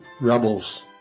Rebels